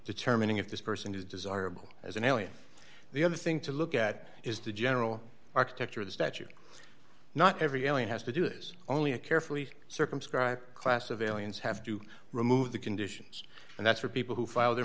determining if this person is desirable as an alien the other thing to look at is the general architecture of the statute not every alien has to do is only a carefully circumscribed class of aliens have to remove the conditions and that's for people who file their